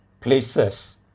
places